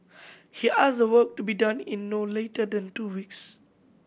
he asked the work to be done in no later than two weeks